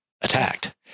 attacked